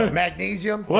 magnesium